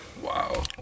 Wow